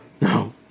No